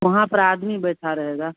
वहाँ पर आदमी बैठा रहेगा